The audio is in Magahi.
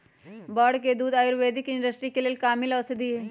बड़ के दूध आयुर्वैदिक इंडस्ट्री के लेल कामिल औषधि हई